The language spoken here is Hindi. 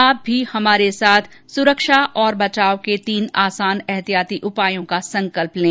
आप भी हमारे साथ सुरक्षा और बचाव के तीन आसान एहतियाती उपायों का संकल्प लें